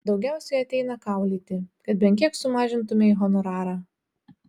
daugiausiai ateina kaulyti kad bent kiek sumažintumei honorarą